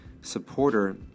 supporter